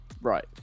right